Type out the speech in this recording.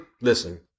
listen